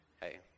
Hey